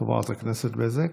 חברת הכנסת בזק,